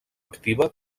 activa